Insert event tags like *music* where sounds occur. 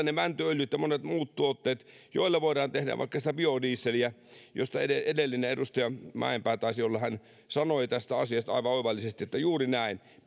*unintelligible* ne mäntyöljyt ja monet muut tuotteet joilla voidaan tehdä vaikka sitä biodieseliä josta edellinen edustaja mäenpää taisi olla hän sanoi tästä asiasta aivan oivallisesti että juuri näin *unintelligible*